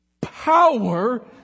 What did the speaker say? Power